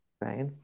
right